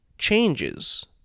changes